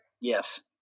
Yes